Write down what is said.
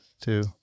two